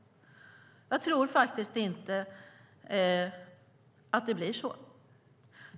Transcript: Jag tror faktiskt inte att det blir så.